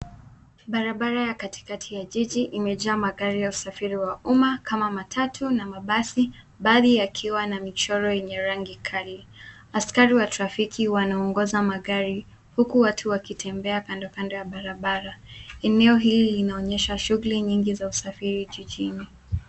Barabara ya katikati ya jiji imejaa magari ya usafiri wa umma kama matatu na mabasi baadhi yakiwa na michoro yenye rangi kali. Askari wa trafiki wanaongoza magari huku watu wakitembea kando kando ya barabara. Eneo hili linaonyesha shughuli nyingi za usafiri jijini.